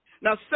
Now